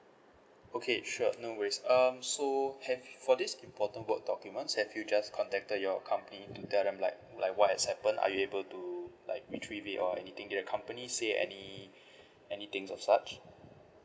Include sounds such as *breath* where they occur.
okay sure no worries um so have for this important work documents have you just contacted your company to tell them like like what has happened are you able to like retrieve it or anything do your company say any *breath* anything of such